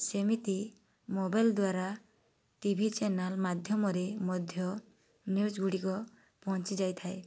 ସେମିତି ମୋବାଇଲ ଦ୍ଵାରା T V channel ମାଧ୍ୟମରେ ମଧ୍ୟ ନିଉଜ୍ ଗୁଡ଼ିକ ପହଞ୍ଚିଯାଇଥାଏ